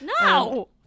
no